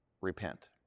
repent